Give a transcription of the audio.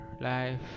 life